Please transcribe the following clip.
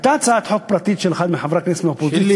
הייתה הצעת חוק פרטית של אחד מחברי הכנסת מהאופוזיציה,